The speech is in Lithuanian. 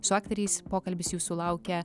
su aktoriais pokalbis jūsų laukia